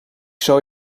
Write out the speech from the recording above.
zal